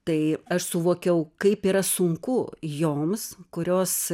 tai aš suvokiau kaip yra sunku joms kurios